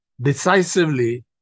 decisively